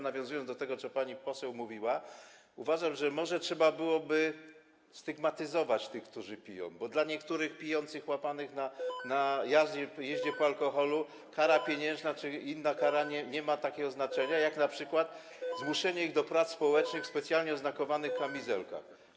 Nawiązując do tego, co pani poseł mówiła, uważam, że może trzeba byłoby stygmatyzować tych, którzy piją, bo dla niektórych pijących łapanych na jeździe po alkoholu kara pieniężna czy inna kara nie ma takiego znaczenia, jak np. zmuszenie ich do prac społecznych w specjalnie oznakowanych kamizelkach.